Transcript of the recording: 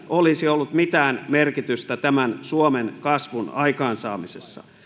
olisi ollut mitään merkitystä suomen kasvun aikaansaamisessa